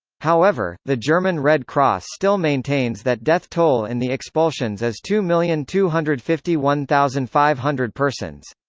however, the german red cross still maintains that death toll in the expulsions is two million two hundred and fifty one thousand five hundred persons.